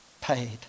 paid